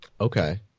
Okay